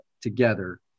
together